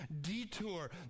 detour